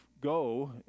go